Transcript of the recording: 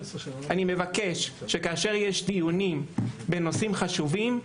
אני מבקש שכאשר יש דיונים בנושאים חשובים,